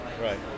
right